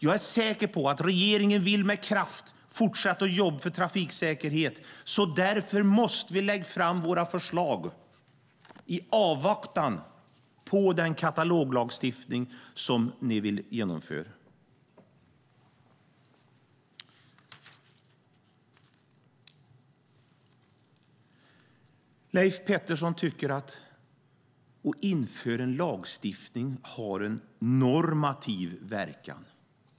Jag är säker på regeringen med kraft vill fortsätta att jobba för trafiksäkerhet. Därför måste vi lägga fram våra förslag i avvaktan på den kataloglagstiftning som ni vill genomföra. Leif Pettersson tycker att det har en normativ verkan att införa en lagstiftning.